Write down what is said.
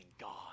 God